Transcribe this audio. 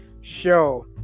show